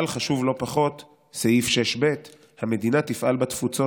אבל חשוב לא פחות סעיף 6(ב): "המדינה תפעל בתפוצות